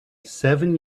seven